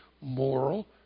moral